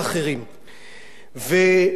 מי שחושב וטוען,